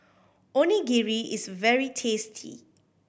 onigiri is very tasty